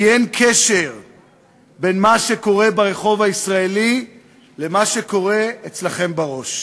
כי אין קשר בין מה שקורה ברחוב הישראלי למה שקורה אצלכם בראש.